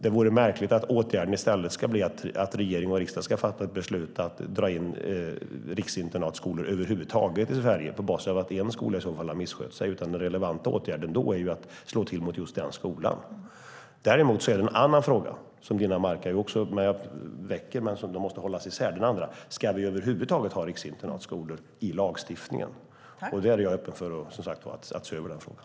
Det vore märkligt om åtgärden i stället skulle bli att regering och riksdag ska fatta ett beslut att dra in riksinternatskolor över huvud taget i Sverige på basis av att en skola i så fall har misskött sig. Den relevanta åtgärden är att slå till mot just den skolan. Däremot är det en annan fråga som Dinamarca väcker, som måste hållas isär från den andra. Ska vi över huvud taget ha riksinternatskolor i lagstiftningen? Jag är, som sagt, öppen för att se över den frågan.